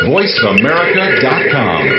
VoiceAmerica.com